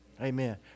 Amen